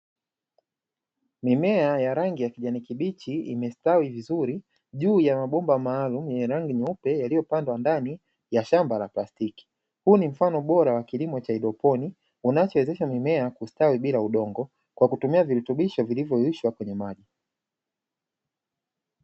Mimea ya rangi ya kijani kibichi imestawi vizuri juu ya mabomba maalumu yenye rangi nyeupe yaliyopandwa ndani ya mashamba ya plastiki, huu ni mfano bora wa kilimo cha haidroponi unaowezesha mimea kustawi bila udongo kwa kutumia virutubisho vinavyoyeyushwa kwenye maji.